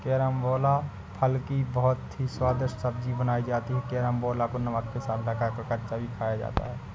carambola फल की बहुत ही स्वादिष्ट सब्जी बनाई जाती है कैरमबोला को नमक के साथ लगाकर कच्चा भी खाया जाता है